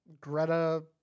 Greta